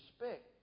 respect